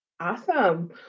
Awesome